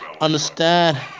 understand